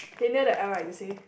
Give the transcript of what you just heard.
k near the l uh you say